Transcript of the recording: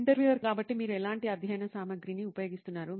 interviewer కాబట్టి మీరు ఎలాంటి అధ్యయన సామగ్రిని ఉపయోగిస్తున్నారు